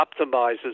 optimizes